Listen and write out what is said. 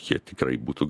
jie tikrai būtų